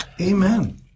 Amen